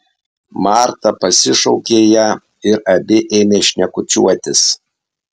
marta pasišaukė ją ir abi ėmė šnekučiuotis